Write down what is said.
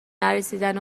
نرسیدن